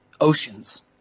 oceans